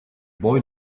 boy